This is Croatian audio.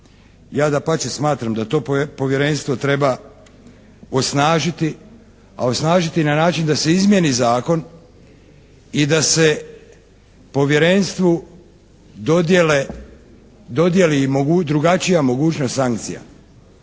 Ja dapače smatram da to Povjerenstvo treba osnažiti, a osnažiti na način da se izmijeni zakon i da se Povjerenstvu dodijele, dodijeli drugačija mogućnost sankcija.